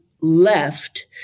left